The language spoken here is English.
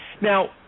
Now